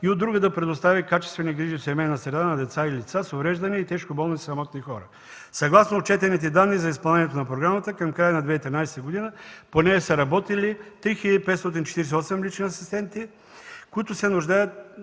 и от друга – да предостави качествени грижи в семейна среда на деца и лица с увреждания и тежко болни самотни хора. Съгласно отчетените данни за изпълнението на програмата към края на 2013 г. по нея са работили 3 хил. 548 лични асистенти на